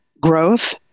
growth